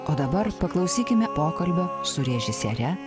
o dabar paklausykime pokalbio su režisiere